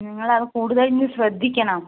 നിങ്ങൾ അത് കൂടുതൽ ഇനി ശ്രദ്ധിക്കണം